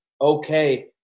okay